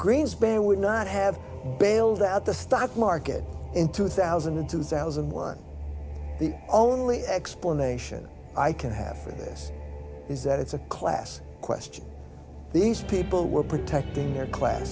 greenspan would not have bailed out the stock market in two thousand and two thousand and one the only explanation i can have for this is that it's a class question these people were protecting their class